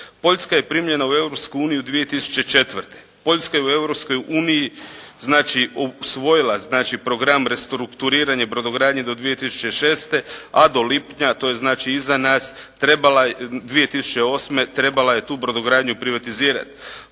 Poljska je u Europskoj uniji znači usvojila znači program restrukturiranje brodogradnje do 2006. a do lipnja to je znači iza nas trebala, 2008. trebala je tu brodogradnju privatizirati.